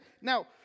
Now